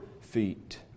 feet